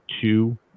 two